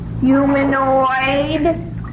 Humanoid